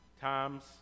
times